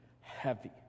heavy